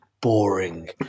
boring